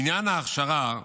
בעניין ההכשרה,